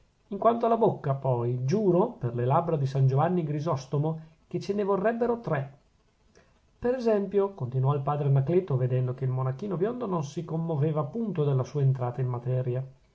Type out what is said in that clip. in quanto alla bocca poi giuro per le labbra di san giovanni grisostomo che ce ne vorrebbero tre per esempio continuò il padre anacleto vedendo che il monachino biondo non si commoveva punto della sua entrata in materia